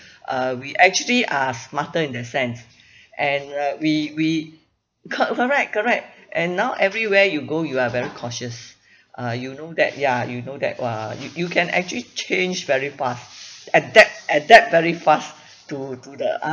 uh we actually are smarter in that sense and uh we we cor~ correct correct and now everywhere you go you are very cautious uh you know that ya you know that !wah! you you can actually change very fast adapt adapt very fast to to the